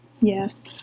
Yes